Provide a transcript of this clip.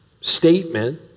statement